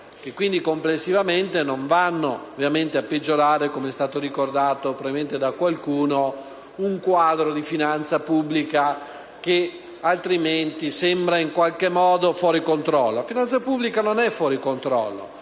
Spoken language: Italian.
quindi complessivamente non vanno a peggiorare ‑ come è stato ricordato da qualcuno ‑ un quadro di finanza pubblica che, altrimenti, sembra in qualche modo fuori controllo. La finanza pubblica non è fuori controllo: